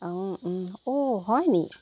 অঁ অ' হয় নেকি